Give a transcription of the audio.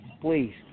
please